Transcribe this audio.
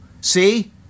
See